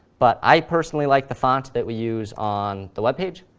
but i, personally, like the font that we use on the web page.